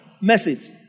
message